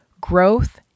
growth